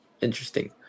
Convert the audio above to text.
interesting